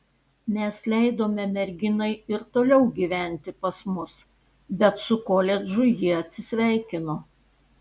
mes leidome merginai ir toliau gyventi pas mus bet su koledžu ji atsisveikino